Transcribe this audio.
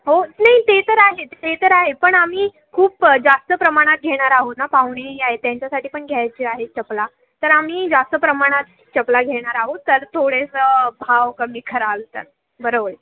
हो नाही ते तर आहेच ते तर आहे पण आम्ही खूप जास्त प्रमाणात घेणार आहोत ना पाहुणेही आहेत त्यांच्यासाठी पण घ्यायचे आहे चपला तर आम्ही जास्त प्रमाणात चपला घेणार आहोत तर थोडेसं भाव कमी कराल तर बरं होईल